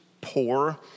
poor